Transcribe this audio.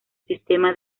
sistema